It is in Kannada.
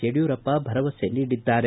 ಯಡಿಯೂರಪ್ಪ ಭರವಸೆ ನೀಡಿದ್ದಾರೆ